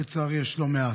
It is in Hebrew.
ולצערי יש לא מעט: